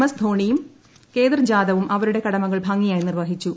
S ധോണിയും കേദർ ജാദവും അവരുടെ കടമകൾ ഭംഗിയായി നിർവഹിച്ചു